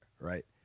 right